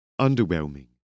underwhelming